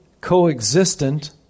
coexistent